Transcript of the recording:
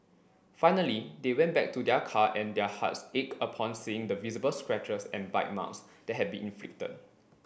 finally they went back to their car and their hearts ached upon seeing the visible scratches and bite marks that had been inflicted